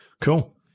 Cool